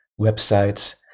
websites